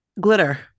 glitter